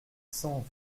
cent